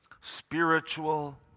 Spiritual